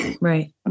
right